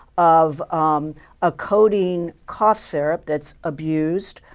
of a codeine cough syrup that's abused